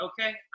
Okay